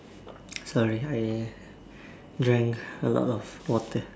sorry I drank a lot of water